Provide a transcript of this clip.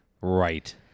Right